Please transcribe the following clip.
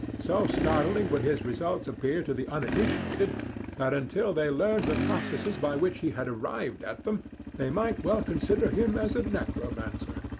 so startling would his results appear to the uninitiated that until they learned the processes by which he had arrived at them they might well consider him as a necromancer.